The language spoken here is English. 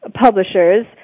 publishers